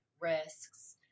risks